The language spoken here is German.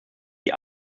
die